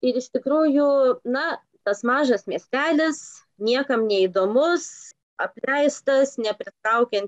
ir iš tikrųjų na tas mažas miestelis niekam neįdomus apleistas nepritraukiant